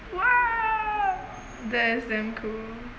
!wah! that's damn cool